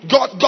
God